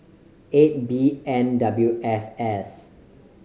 eight B N W F S